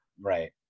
Right